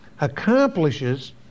accomplishes